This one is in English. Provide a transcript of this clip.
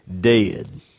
dead